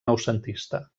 noucentista